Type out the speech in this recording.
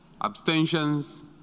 Abstentions